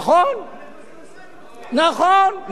נכון.